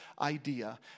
idea